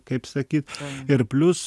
kaip sakyt ir plius